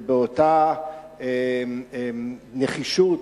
ובאותה נחישות,